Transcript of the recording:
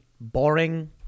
boring